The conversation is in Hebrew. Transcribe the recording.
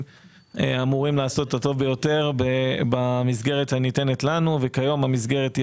אמורים לעשות את הטוב ביותר במסגרת הניתנת לנו וכיום המסגרת היא